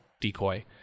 decoy